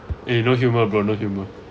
eh no humour bro no humour